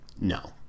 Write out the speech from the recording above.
No